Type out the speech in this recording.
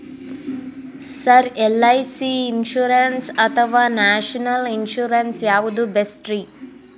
Sir LIC insurance ಅಥವಾ national insurance ಯಾವುದು ಬೆಸ್ಟ್ರಿ?